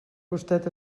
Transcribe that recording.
gustet